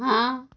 हाँ